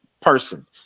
person